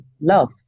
love